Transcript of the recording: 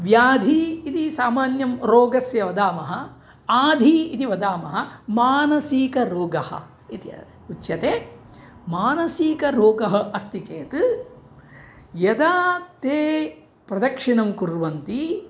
व्याधिः इति सामान्यं रोगस्य वदामः आधिः इति वदामः मानसिकरोगः इति उच्यते मानसिकरोगः अस्ति चेत् यदा ते प्रदक्षिणां कुर्वन्ति